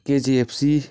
KGFC